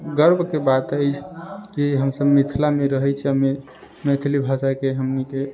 गर्वके बात अछि कि हम सभ मिथिलामे रहै छी आ मैथिली भाषाके हमनिके